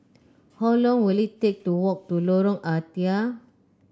how long will it take to walk to Lorong Ah Thia